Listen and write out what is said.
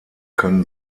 können